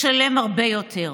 ישלם הרבה יותר.